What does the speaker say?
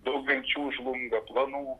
daug vilčių žlunga planų